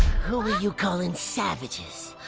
who are you calling savages?